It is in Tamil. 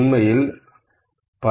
உண்மையில் 15